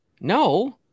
no